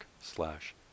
slash